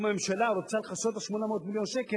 אם הממשלה רוצה לכסות את 800 מיליון השקל,